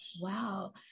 wow